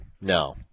no